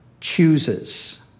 chooses